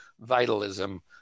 vitalism